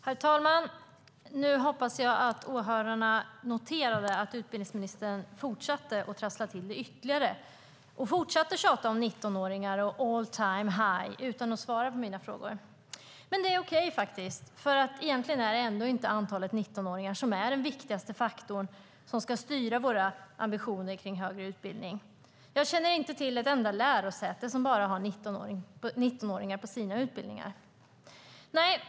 Herr talman! Jag hoppas att åhörarna noterade att utbildningsministern trasslade till det ytterligare och fortsatte att tjata om 19-åringar och all-time-high utan att svara på mina frågor. Men det är faktiskt okej, för egentligen är det inte antalet 19-åringar som är den viktigaste faktorn och som ska styra våra ambitioner när det gäller högre utbildning. Jag känner inte till ett enda lärosäte som bara har 19-åringar på sina utbildningar.